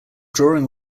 drawing